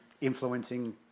influencing